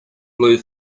blue